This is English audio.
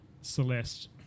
Celeste